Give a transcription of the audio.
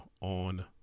on